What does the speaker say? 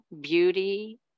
beauty